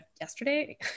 yesterday